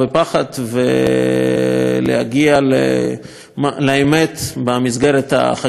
ולהגיע לאמת במסגרת החקירה הזאת.